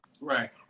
Right